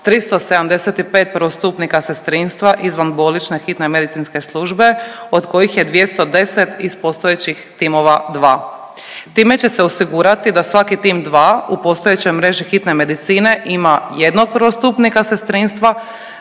375 prvostupnika sestrinstva izvanbolnične hitne medicinske službe od kojih je 210 iz postojećih timova dva. Time će se osigurati da svaki tim dva u postojećoj mreži hitne medicine ima jednog prvostupnika sestrinstva